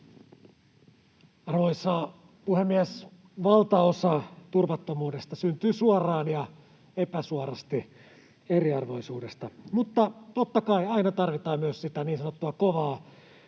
Arvoisa puhemies! Valtaosa turvattomuudesta syntyy suoraan ja epäsuorasti eriarvoisuudesta, mutta totta kai aina tarvitaan myös sitä niin sanottua kovaa